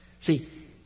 See